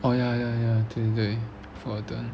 oh ya ya ya 对对对 for